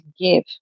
give